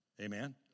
Amen